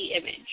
image